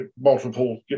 multiple